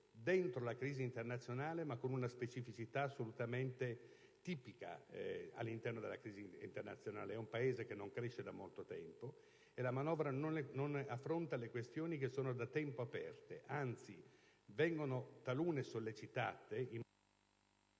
dentro la crisi internazionale, ma con una specificità assolutamente tipica all'interno di tale crisi. È un Paese che non cresce da molto tempo, e la manovra non affronta le questioni che sono da tempo aperte; anzi, talune vengono sollecitate in modo